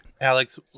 Alex